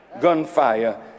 gunfire